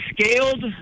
scaled